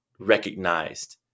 recognized